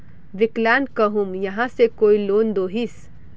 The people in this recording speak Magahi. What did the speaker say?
विकलांग कहुम यहाँ से कोई लोन दोहिस?